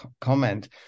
comment